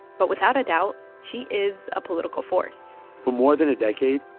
but without a doubt, she is a political force for more than a decade,